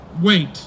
wait